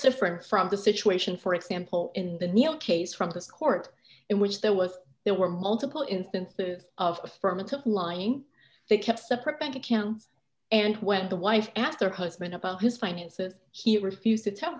different from the situation for example in the new york case from this court in which there was there were multiple instances of affirmatively lying they kept separate bank accounts and when the wife asked her husband about his finances he refused to tell